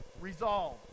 resolve